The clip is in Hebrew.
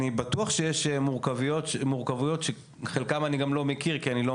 אני בטוח שיש מורכבויות שאת חלקן אני גם לא מכיר כי אני לא